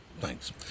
Thanks